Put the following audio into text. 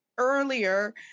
earlier